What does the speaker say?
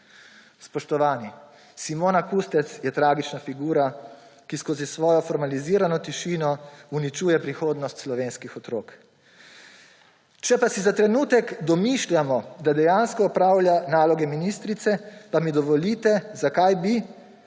Spoštovani, Simona Kustec je tragična figura, ki skozi svojo formalizirano tišino uničuje prihodnost slovenskih otrok. Če pa si za trenutek domišljamo, da dejansko opravlja naloge ministrice, mi dovolite, zakaj bi,